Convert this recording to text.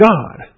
God